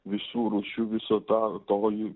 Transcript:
visų rūšių viso tą toji